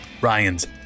Ryan's